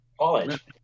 College